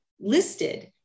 listed